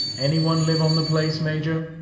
anyone live on the place, major?